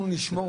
אנחנו נשמור.